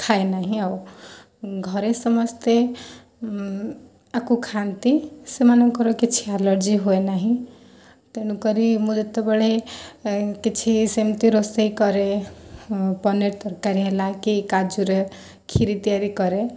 ଖାଏ ନାହିଁ ଆଉ ଘରେ ସମସ୍ତେ ୟାକୁ ଖାଆନ୍ତି ସେମାନଙ୍କର କିଛି ଏଲର୍ଜି ହୁଏ ନାହିଁ ତେଣୁ କରି ମୁଁ ଯେତେବେଳେ କିଛି ସେମିତି ରୋଷେଇ କରେ ପନିର୍ ତରକାରୀ ହେଲା କି କାଜୁର କ୍ଷୀରି ତିଆରି କରେ